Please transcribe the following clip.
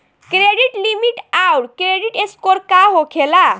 Credit limit आउर credit score का होखेला?